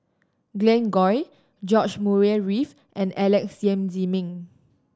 Glen Goei George Murray Reith and Alex Yam Ziming